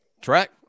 Track